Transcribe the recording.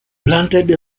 blunted